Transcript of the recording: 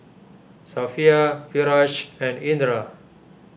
Safiya Firash and Indra